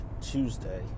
Tuesday